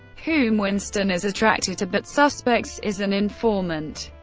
whom winston is attracted to, but suspects is an informant.